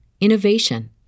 innovation